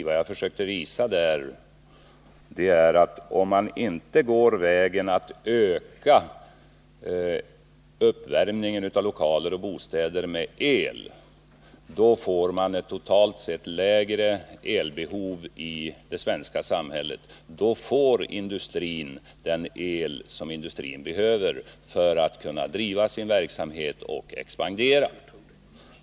Vad jag försökte visa där var att om man inte går vägen att öka uppvärmningen av lokaler och bostäder med el får man ett totalt sett lägre elbehov i det svenska samhället, och då får industrin den el som den behöver för att driva sin verksamhet och kunna expandera.